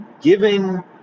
giving